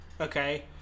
Okay